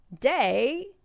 day